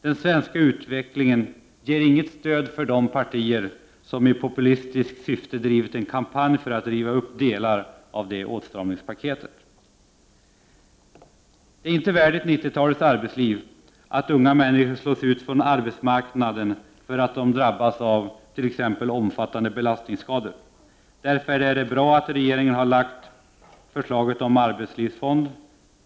Den svenska utvecklingen ger inget stöd för de partier som i populistiskt syfte drivit en kampanj för att riva upp delar av åtstramningspaketet. Det är inte värdigt 90-talets arbetsliv att unga människor slås ut från arbetsmarknaden för att de drabbas av t.ex. omfattande belastningsskador. Därför är det bra att regeringen har lagt fram propositionen om en arbetslivsfond.